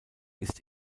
ist